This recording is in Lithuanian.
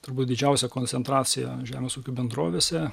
turbūt didžiausią koncentraciją žemės ūkio bendrovėse